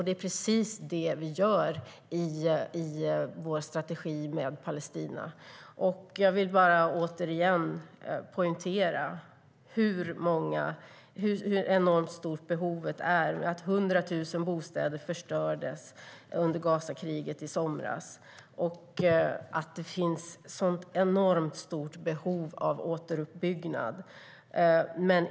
Det är precis det vi gör i vår strategi med Palestina. Jag vill återigen poängtera hur enormt stort behovet är. Det var 100 000 bostäder som förstördes under Gazakriget i somras. Det finns ett enormt stort behov av återuppbyggnad.